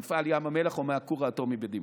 ממפעלי ים המלח או מהכור האטומי בדימונה.